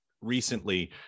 recently